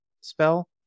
spell